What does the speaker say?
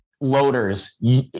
loaders